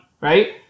Right